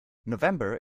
november